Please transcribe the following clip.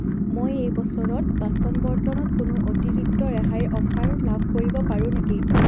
মই এই বছৰত বাচন বৰ্তনত কোনো অতিৰিক্ত ৰেহাইৰ অফাৰ লাভ কৰিব পাৰোঁ নেকি